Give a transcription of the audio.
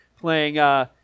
playing